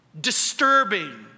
disturbing